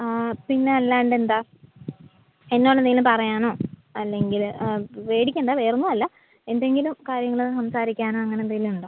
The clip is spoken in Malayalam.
പിന്നെ അല്ലാണ്ടെ എന്താണ് എന്നോട് എന്തെങ്കിലും പറയാനോ അല്ലെങ്കിൽ പേടിക്കണ്ട വേറെ ഒന്നും അല്ല എന്തെങ്കിലും കാര്യങ്ങൾ സംസാരിക്കാനോ അങ്ങനെ എന്തെങ്കിലും ഉണ്ടോ